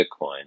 Bitcoin